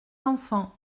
enfants